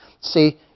see